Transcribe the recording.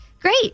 Great